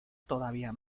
todavía